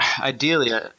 Ideally